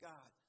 God